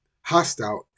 hostile